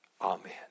Amen